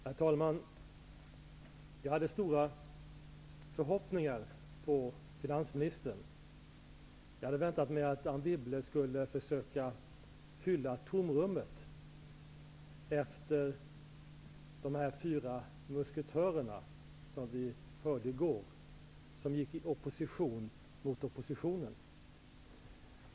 Herr talman! Jag hade stora förhoppningar på finansministern. Jag hade väntat mig att Anne Wibble skulle försöka fylla tomrummet efter de här fyra musketörerna som vi hörde i går, som gick i opposition mot oppositionen.